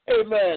amen